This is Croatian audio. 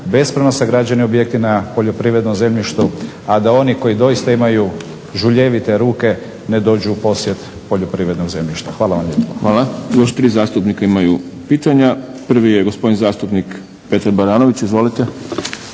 bespravno sagrađeni objekti na poljoprivrednom zemljištu, a da oni koji doista imaju žuljevite ruke ne dođu u posjed poljoprivrednog zemljišta. Hvala vam lijepo. **Šprem, Boris (SDP)** Hvala. Još tri zastupnika imaju pitanja. Prvi je gospodin zastupnik Petar Baranović. Izvolite.